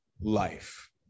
life